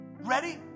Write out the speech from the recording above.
Ready